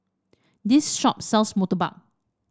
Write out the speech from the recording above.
this shop sells murtabak